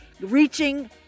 reaching